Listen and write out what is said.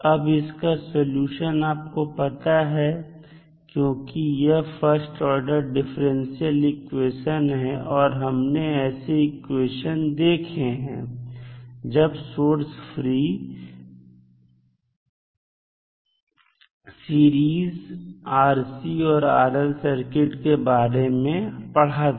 अब इसका सॉल्यूशन आपको पता है क्योंकि यह फर्स्ट ऑर्डर डिफरेंशियल इक्वेशन है और हमने ऐसे इक्वेशन देखें हैं जब सोर्स फ्री फ्सीरीज RC और RL सर्किट के बारे में पढ़ा था